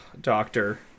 doctor